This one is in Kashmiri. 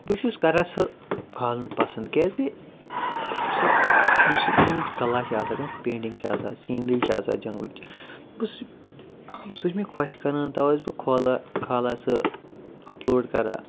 بہٕ چھُس کران سُہ کھالُن پسنٛد کیٛازِ کہِ سُہ یُس سُہ تٔمِچ کَلا چھِ آسان کانٛہہ پٮ۪نٹِنٛگ چھِ آسان سیٖنری چھِ آسان جَنٛگلٕچ بہٕ سُہ سُہ چھِ مےٚ خۄش کران تَوَے چھُس بہٕ کھولا کھالان سُہ اَپلوڈ کران